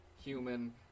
human